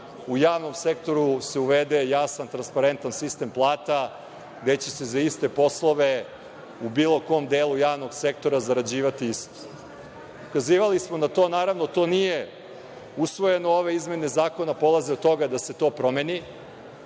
u javnom sektoru se uvede jasan i transparentan sistem plata gde će se za iste poslove, u bilo kom delu javnog sektora zarađivati isto. Ukazivali smo na to, naravno, to nije usvojeno, ove izmene zakona polaze od toga da se to promeni,